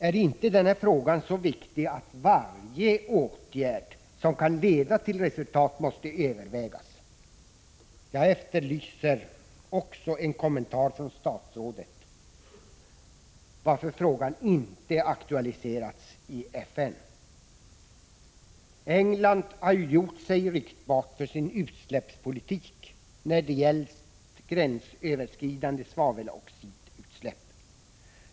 Är inte den här frågan så viktig att varje åtgärd som kan leda till resultat måste övervägas? Jag efterlyser också en kommentar från statsrådet till varför frågan inte har aktualiserats i FN. England har gjort sig ryktbart för sin utsläppspolitik när det gällt gränsöverskridande svaveldioxidutsläpp.